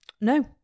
No